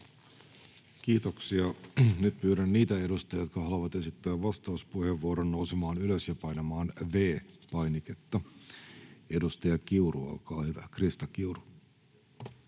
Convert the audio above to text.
Kiitoksia. — Nyt pyydän niitä edustajia, jotka haluavat esittää vastauspuheenvuoron, nousemaan ylös ja painamaan V-painiketta. — Edustaja Krista Kiuru,